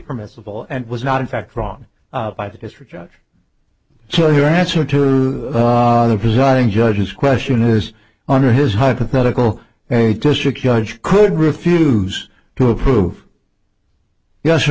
permissible and was not in fact wrong by the district judge so your answer to the presiding judge this question is under his hypothetical very district judge could refuse to approve yes or